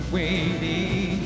waiting